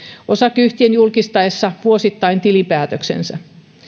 osakeyhtiön julkistaessa vuosittain tilinpäätöksensä